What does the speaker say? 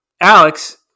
Alex